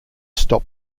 stop